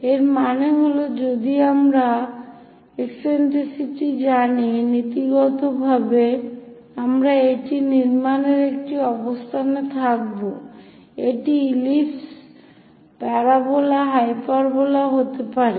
এর মানে হল যদি আমরা ডাইরেক্ট্রিক্স দূরত্ব এবং ইকসেন্ট্রিসিটি জানি নীতিগতভাবে আমরা এটি নির্মাণের একটি অবস্থানে থাকব এটি ইলিপস প্যারাবোলা হাইপারবোলা হতে পারে